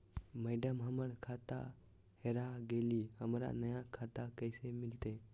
madam, हमर खाता हेरा गेलई, हमरा नया खाता कैसे मिलते